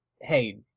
hey